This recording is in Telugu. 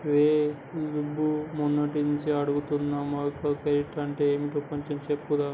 రేయ్ సుబ్బు, మొన్నట్నుంచి అడుగుతున్నాను మైక్రో క్రెడిట్ అంటే యెంటో కొంచెం చెప్పురా